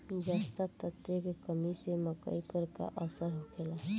जस्ता तत्व के कमी से मकई पर का असर होखेला?